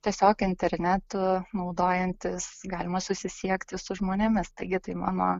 tiesiog internetu naudojantis galima susisiekti su žmonėmis taigi tai mano